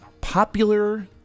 popular